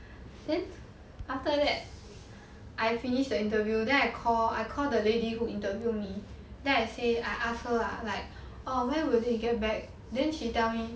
then after that I finish the interview then I call I call the lady who interview me then I say I ask her lah like err when will they get back then she tell me